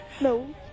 No